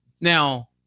Now